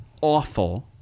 awful